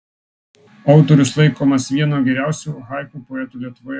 autorius laikomas vienu geriausiu haiku poetų lietuvoje